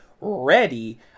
ready